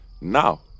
Now